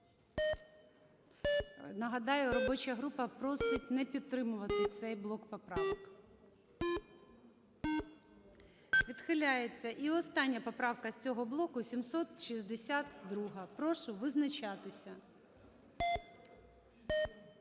Нагадаю, робоча група просить не підтримувати цей блок поправок. 13:20:06 За-2 Відхиляється. І остання поправка з цього блоку – 762. Прошу визначатися.